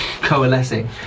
coalescing